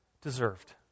deserved